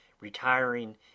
retiring